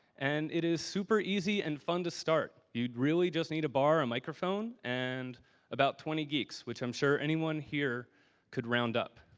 and it is super easy and fun to start. you really just need to borrow a microphone and about twenty geeks, which i'm sure anyone here could round up.